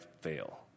fail